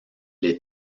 les